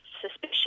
suspicion